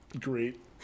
great